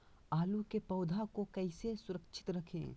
आलू के पौधा को कैसे सुरक्षित रखें?